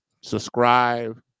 subscribe